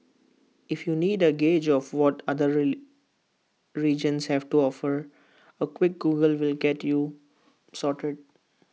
if you need A gauge of what other regions have to offer A quick Google will get you sorted